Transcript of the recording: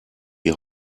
die